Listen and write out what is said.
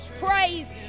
praise